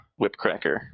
whipcracker